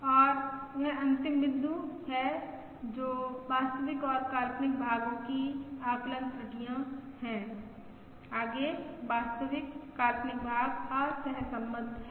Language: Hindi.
और वह अंतिम बिंदु है जो वास्तविक और काल्पनिक भागों की आकलन त्रुटियां है आगे वास्तविक काल्पनिक भाग असहसंबद्ध है